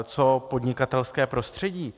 Co podnikatelské prostředí?